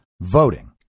voting